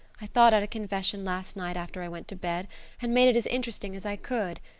i thought out a confession last night after i went to bed and made it as interesting as i could.